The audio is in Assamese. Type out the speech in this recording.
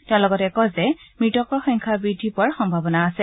তেওঁ লগতে কয় যে মৃতকৰ সংখ্যা বৃদ্ধি পোৱাৰ সম্ভাৱনা আছে